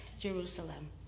Jerusalem